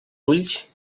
ulls